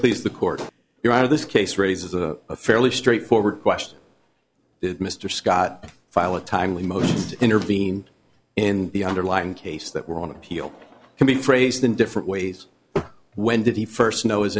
please the court you're out of this case raises a fairly straightforward question that mr scott file a timely mode to intervene in the underlying case that were on appeal can be phrased in different ways when did he first know his